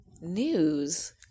news